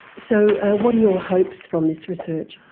so what are your hopes from this research?